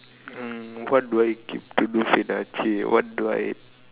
mm what do I keep to do fit ah what do I